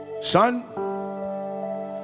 son